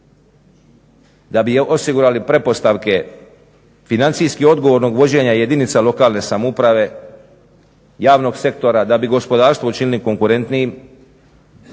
da bi osigurali pretpostavke financijski odgovornog vođenja jedinica lokalne samouprave, javnog sektora, da bi gospodarstvo učinili konkurentnijim